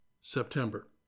September